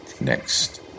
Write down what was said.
next